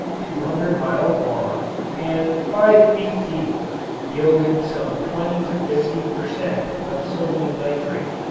two hundred miles long and five feet deep yielding some twenty to fifty per cent. of sodium nitrate.